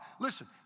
Listen